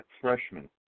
freshman